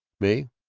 may!